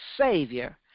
Savior